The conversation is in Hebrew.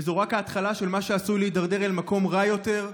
וזו רק ההתחלה של מה שעשוי להידרדר אל מקום רע יותר,